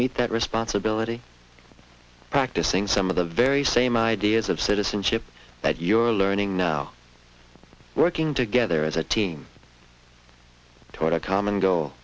meet that responsibility practicing some of the very same ideas of citizenship that you are learning now working together as a team toward a common goal